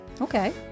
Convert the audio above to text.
okay